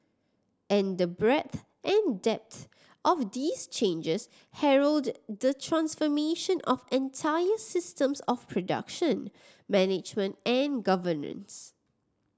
and the breadth and depth of these changes herald the transformation of entire systems of production management and governance